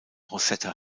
rosette